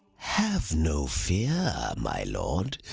have no fear, my lord.